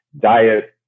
diet